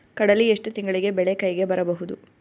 ಕಡಲಿ ಎಷ್ಟು ತಿಂಗಳಿಗೆ ಬೆಳೆ ಕೈಗೆ ಬರಬಹುದು?